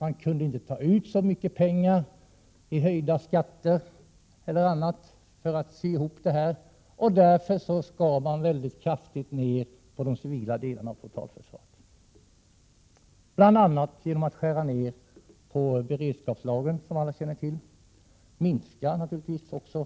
Man kunde inte ta ut så mycket pengar i höjda skatter eller på annat sätt för att sy ihop beslutet, och därför skars delar av totalförsvaret ner mycket kraftigt, bl.a. beredskapslagren, som alla känner till. De reella anslagen minskades naturligtvis också.